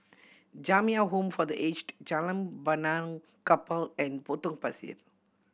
Jamiyah Home for The Aged Jalan Benaan Kapal and Potong Pasir